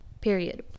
period